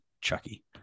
chucky